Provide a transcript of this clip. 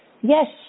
Yes